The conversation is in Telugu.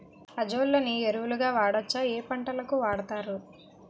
అజొల్లా ని ఎరువు గా వాడొచ్చా? ఏ పంటలకు వాడతారు?